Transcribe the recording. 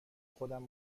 خودم